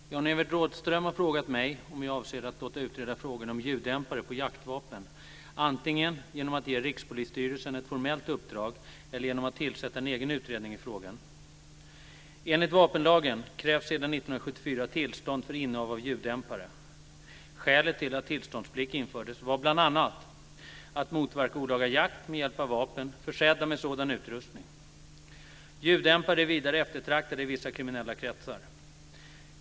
Fru talman! Jan-Evert Rådhström har frågat mig om jag avser att låta utreda frågan om ljuddämpare på jaktvapen antingen genom att ge Rikspolisstyrelsen ett formellt uppdrag eller genom att tillsätta en egen utredning i frågan. Enligt vapenlagen krävs sedan 1974 tillstånd för innehav av ljuddämpare. Skälet till att tillståndsplikt infördes var bl.a. att motverka olaga jakt med hjälp av vapen försedda med sådan utrustning. Ljuddämpare är vidare eftertraktade i vissa kriminella kretsar.